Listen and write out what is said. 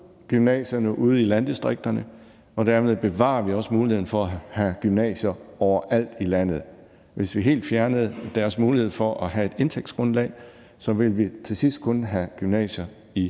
gymnasierne ude i landdistrikterne, og dermed bevarer vi også muligheden for at have gymnasier overalt i landet. Hvis vi helt fjernede deres mulighed for at have et indtægtsgrundlag, ville vi til sidst kun have gymnasier i